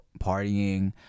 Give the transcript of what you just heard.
partying